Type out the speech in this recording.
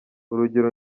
urugero